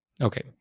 Okay